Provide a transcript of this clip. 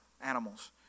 animals